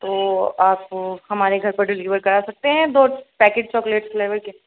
تو آپ ہمارے گھر پر ڈلیور کرا سکتے ہیں دو پیکٹ چاکلیٹ فلیور کے